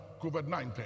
COVID-19